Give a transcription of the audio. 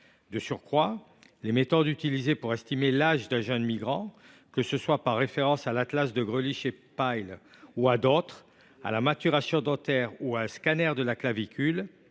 De surcroît, les méthodes utilisées pour estimer l’âge d’un jeune migrant, que ce soit par référence à l’atlas de Greulich et de Pyle, à la maturation dentaire ou à un scanner de la clavicule,